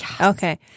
Okay